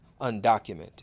undocumented